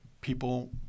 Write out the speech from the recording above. people